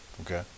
Okay